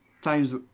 times